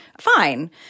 fine